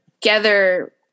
together